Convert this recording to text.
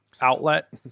outlet